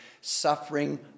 suffering